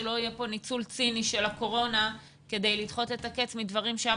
שלא יהיה כאן ניצול ציני של הקורונה כדי לדחות דברים שהיה